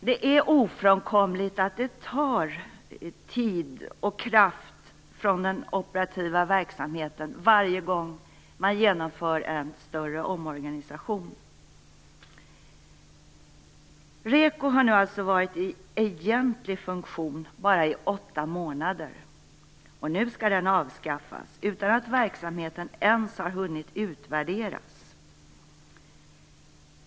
Det är ofrånkomligt att det tar tid och kraft från den operativa verksamheten varje gång man genomför en större omorganisation. REKO har nu alltså varit i egentlig funktion bara i åtta månader. Nu skall den avskaffas, utan att verksamheten ens har hunnit utvärderas.